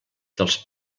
dels